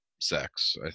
sex